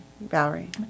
Valerie